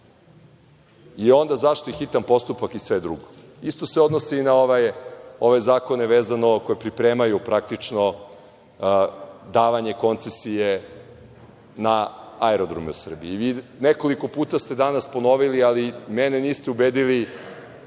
A onda zašto i hitan postupak i sve drugo. Isto se odnosi i na ove zakone vezano, a koji pripremaju praktično davanje koncesije na aerodrome u Srbiji. Nekoliko puta ste danas ponovili, ali mene niste ubedili